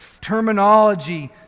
terminology